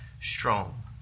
strong